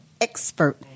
expert